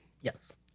Yes